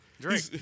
drink